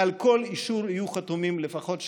שניים: על כל אישור יהיו חתומים לפחות שניים,